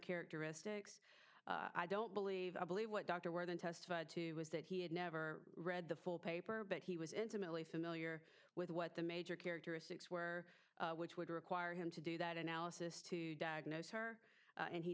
characteristics i don't believe i believe what dr ware than testified to was that he had never read the full paper but he was intimately familiar with what the major characteristics were which would require him to do that analysis to diagnose her and he